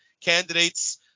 candidates